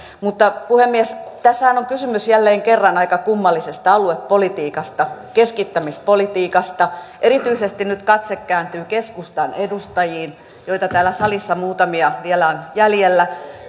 mutta puhemies tässähän on kysymys jälleen kerran aika kummallisesta aluepolitiikasta keskittämispolitiikasta erityisesti nyt katse kääntyy keskustan edustajiin joita täällä salissa muutamia vielä on jäljellä